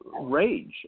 rage